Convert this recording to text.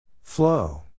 Flow